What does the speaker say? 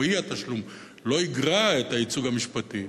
או האי-תשלום לא יגרע את הייצוג המשפטי,